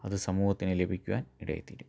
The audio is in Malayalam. അത് സമൂഹത്തിന് ലഭിക്കുവാൻ ഇടയായിത്തീരും